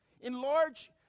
enlarge